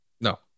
No